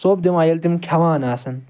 ژوٚپ دِوان ییٚلہِ تِم کھیٚوان آسَن